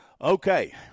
Okay